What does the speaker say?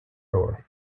door